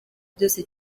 byose